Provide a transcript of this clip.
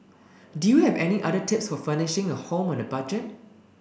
do you have any other tips for furnishing a home on a budget